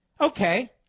Okay